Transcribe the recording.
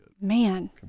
Man